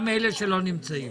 גם אלה שלא נמצאים.